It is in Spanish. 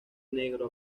negro